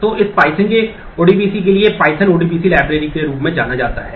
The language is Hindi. तो इस Python के ODBC के लिए pyodbc library के रूप में जाना जाता है